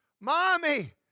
Mommy